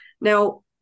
Now